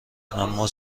اما